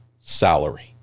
salary